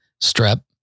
Strep